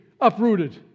uprooted